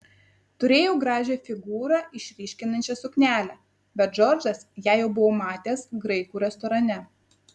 turėjau gražią figūrą išryškinančią suknelę bet džordžas ją jau buvo matęs graikų restorane